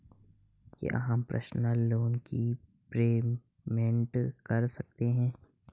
क्या हम personal loan का प्रीपेमेंट कर सकते हैं?